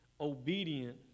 obedient